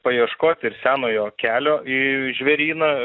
paieškoti ir senojo kelio į žvėryną